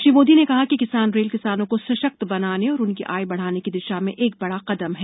श्री मोदी ने कहा कि किसान रेल किसानों को सशक्त बनाने और उनकी आय बढ़ाने की दिशा में एक बड़ा कदम है